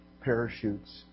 parachutes